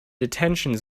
detention